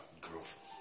growth